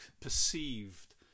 perceived